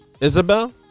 isabel